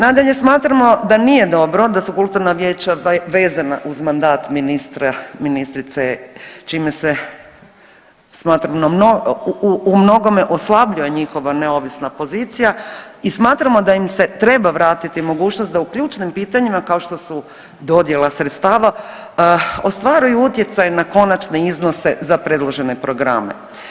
Nadalje, smatramo da nije dobro da su kulturna vijeća vezana uz mandat ministra, ministrice, čime se smatramo u mnogome oslabljuje njihova neovisna pozicija i smatramo da im se treba vratiti mogućnost da u ključnim pitanjima kao što su dodjela sredstava ostvaruju utjecaj na konačne iznose za predložene programe.